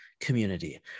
community